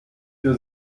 für